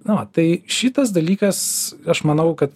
na va tai šitas dalykas aš manau kad